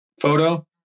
photo